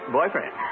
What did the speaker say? boyfriend